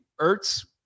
Ertz